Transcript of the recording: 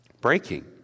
Breaking